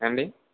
ఏమండి